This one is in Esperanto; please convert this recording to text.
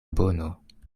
bono